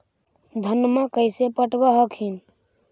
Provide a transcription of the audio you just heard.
धन्मा कैसे पटब हखिन?